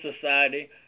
society